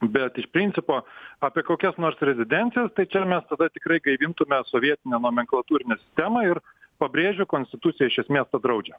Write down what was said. bet iš principo apie kokias nors rezidencijas tai čia mes tikrai gaivintume sovietinę nomenklatūrinę sistemą ir pabrėžiu konstitucija iš esmės tą draudžia